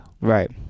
right